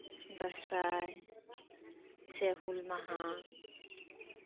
ᱫᱟᱸᱥᱟᱭ ᱥᱮ ᱦᱩᱞ ᱢᱟᱦᱟ